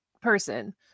person